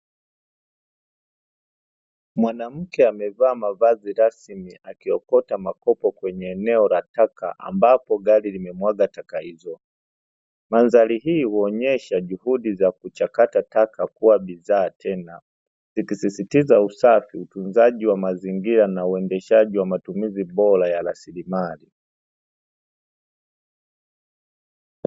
Mwanamke amevaa mavazi rasmi akiokota makopo kwenye eneo la taka ambapo gari limemwaga taka hizo, mandhari hii huonyesha juhudi za kuchakata taka kuwa bidhaa tena zikisisitiza usafi, utunzaji wa mazingira na uendeshaji wa matumizi bora ya rasilimali.